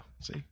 see